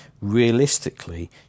realistically